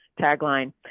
tagline